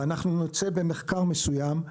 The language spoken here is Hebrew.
לפני הדיון ואנחנו נצא במחקר מסוים,